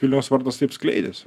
vilniaus vardas taip skleidėsi